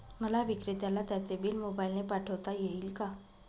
मला विक्रेत्याला त्याचे बिल मोबाईलने पाठवता येईल का?